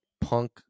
Punk